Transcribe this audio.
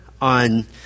on